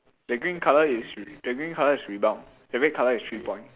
the green colour is the green colour is rebound the red colour is three point